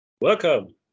Welcome